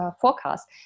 Forecast